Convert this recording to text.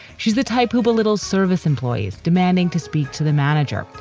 she's the type who belittles service employees demanding to speak to the manager,